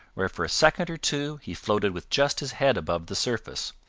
where for a second or two he floated with just his head above the surface.